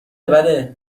بله